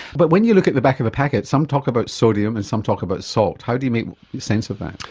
but when you look at the back of the packet, some talk about sodium and some talk about salt. how do you make sense of that?